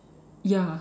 ya